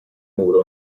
muro